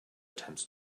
attempts